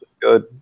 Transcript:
good